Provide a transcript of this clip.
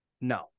no